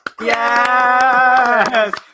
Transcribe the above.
Yes